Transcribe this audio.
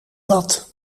dat